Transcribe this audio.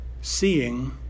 seeing